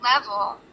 level